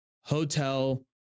hotel